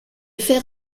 fer